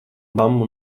mammu